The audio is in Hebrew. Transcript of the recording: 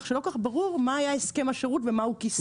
כך שלא כל כך ברור מה היה הסכם השירות ומה הוא כיסה.